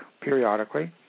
periodically